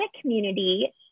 community